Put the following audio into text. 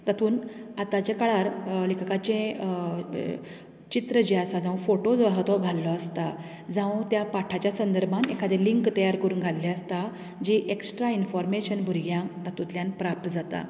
तातूंत आताच्या काळांत लेखकाचें चित्र जें आसा जावं फोटो जो घाल्लो आसता जावं त्या पाठाच्या संदर्भांत एखादें लिंक तयार करून घाल्लें आसता जी एक्ट्रा इन्फोरमेशन भुरग्यांक तातूंतल्यान प्राप्त जाता